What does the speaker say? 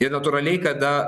ir natūraliai kada